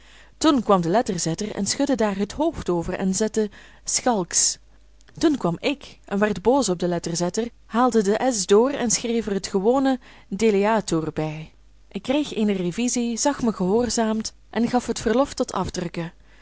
toen kwam de letterzetter en schudde daar het hoofd over en zette schalks toen kwam ik en werd boos op den letterzetter haalde de s door en schreef er het gewone deleatur bij ik kreeg eene revisie zag mij gehoorzaamd en gaf het verlof tot afdrukken